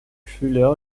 fuller